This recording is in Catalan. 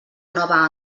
nova